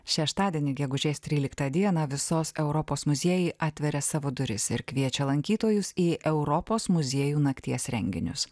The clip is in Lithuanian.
šeštadienį gegužės tryliktą dieną visos europos muziejai atveria savo duris ir kviečia lankytojus į europos muziejų nakties renginius